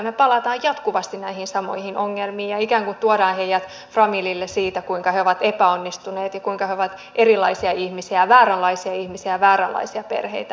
me palaamme jatkuvasti näihin samoihin ongelmiin ja ikään kuin tuomme heidät framille siitä kuinka he ovat epäonnistuneet ja kuinka he ovat erilaisia ihmisiä vääränlaisia ihmisiä ja vääränlaisia perheitä